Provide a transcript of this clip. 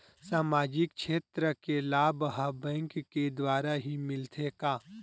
सामाजिक क्षेत्र के लाभ हा बैंक के द्वारा ही मिलथे का?